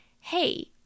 hey